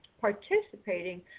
participating